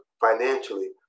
financially